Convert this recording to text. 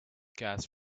gas